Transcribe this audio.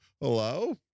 Hello